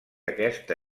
aquesta